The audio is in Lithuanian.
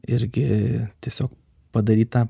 irgi tiesiog padaryta